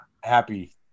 happy